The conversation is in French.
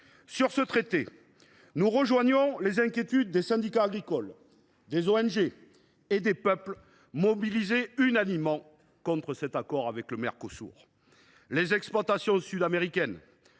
avons voté. Nous partageons les inquiétudes des syndicats agricoles, des ONG et des peuples mobilisés unanimement contre cet accord avec le Mercosur. Les exploitations sud américaines